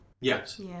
Yes